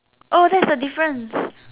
oh that's the difference